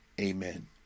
amen